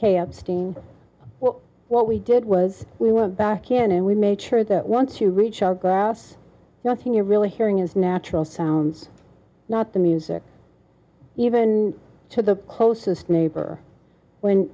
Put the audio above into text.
kayode steen well what we did was we went back in and we make sure that once you reach our grass nothing you're really hearing is natural sounds not the music even to the closest neighbor when